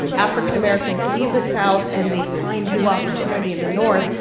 african americans leave the south and they find new opportunity in the north,